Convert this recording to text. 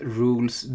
rules